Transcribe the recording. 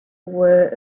were